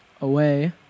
away